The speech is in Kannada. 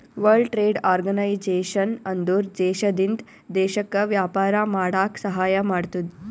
ವರ್ಲ್ಡ್ ಟ್ರೇಡ್ ಆರ್ಗನೈಜೇಷನ್ ಅಂದುರ್ ದೇಶದಿಂದ್ ದೇಶಕ್ಕ ವ್ಯಾಪಾರ ಮಾಡಾಕ ಸಹಾಯ ಮಾಡ್ತುದ್